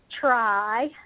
try